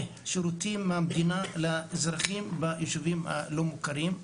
שירותים מהמדינה לאזרחים ביישובים הלא מוכרים.